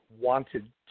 wanted